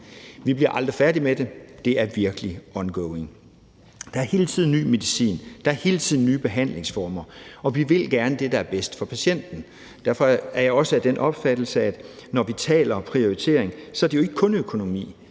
Vi blev aldrig færdige med det. Det er virkelig ongoing. Der er hele tiden ny medicin, og der er hele tiden nye behandlingsformer, og vi vil gerne det, der er bedst for patienten. Derfor er jeg også af den opfattelse, at når vi taler om prioritering, drejer det sig ikke kun om økonomi.